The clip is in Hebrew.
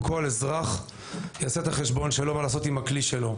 וכל אזרח יעשה את החשבון שלו לגבי מה לעשות עם הכלי שלו,